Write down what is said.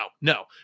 no